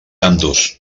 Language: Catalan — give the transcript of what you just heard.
ambdós